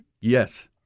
Yes